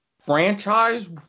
Franchise